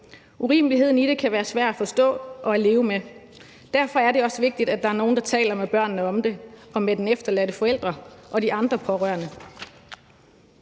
Urimeligheden i det kan være svær at forstå og at leve med. Derfor er det også vigtigt, at der er nogen, der taler med børnene om det og med den efterladte forælder og de andre pårørende.